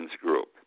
Group